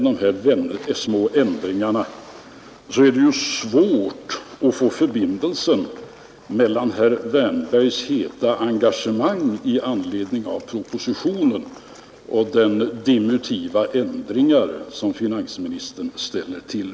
Ja, är dessa ändringar inget värda, är det ju svårt att finna förbindelsen mellan herr Wärnbergs heta engagemang i anledning av propositionen och de diminutiva justeringar finansministern vill göra.